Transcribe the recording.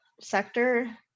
sector